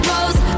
Rose